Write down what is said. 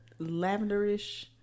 lavenderish